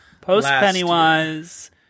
Post-Pennywise